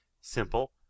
Simple